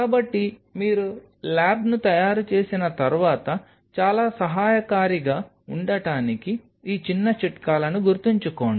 కాబట్టి మీరు ల్యాబ్ను తయారు చేసిన తర్వాత చాలా సహాయకారిగా ఉండటానికి ఈ చిన్న చిట్కాలను గుర్తుంచుకోండి